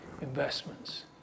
investments